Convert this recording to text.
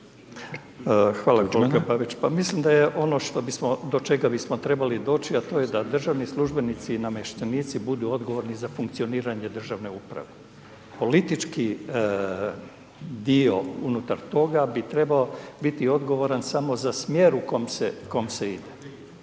Hvala. Pa mislim da je ono što bismo, do čega bismo trebali a to je da državnici službenici i namještenici budu odgovorni za funkcioniranje državne uprave. Politički dio unutar toga bi trebao biti odgovoran samo za smjer u kom se ide.